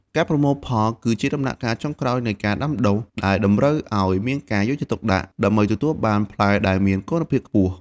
ការប្រមូលផលគឺជាដំណាក់កាលចុងក្រោយនៃការដាំដុះ ដែលតម្រូវឲ្យមានការយកចិត្តទុកដាក់ដើម្បីទទួលបានផ្លែដែលមានគុណភាពខ្ពស់។